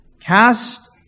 cast